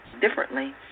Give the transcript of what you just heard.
differently